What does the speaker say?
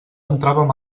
entràvem